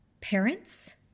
Parents